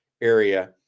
area